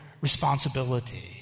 responsibility